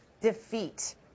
defeat